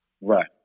right